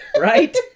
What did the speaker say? Right